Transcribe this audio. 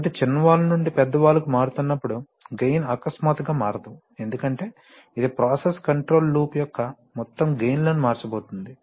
కాబట్టి చిన్న వాల్వ్ నుండి పెద్ద వాల్వ్కు మారుతున్నప్పుడు గెయిన్ అకస్మాత్తుగా మారదు ఎందుకంటే ఇది ప్రాసెస్ కంట్రోల్ లూప్ యొక్క మొత్తం గెయిన్ లను మార్చబోతోంది